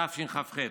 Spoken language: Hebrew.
תשכ"ח,